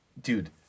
Dude